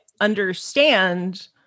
understand